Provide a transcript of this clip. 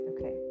okay